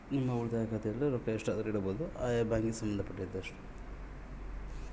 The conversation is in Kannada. ನನ್ನ ಉಳಿತಾಯ ಖಾತೆಯೊಳಗ ಕನಿಷ್ಟ ಎಷ್ಟು ರೊಕ್ಕ ಇಟ್ಟಿರಬೇಕು?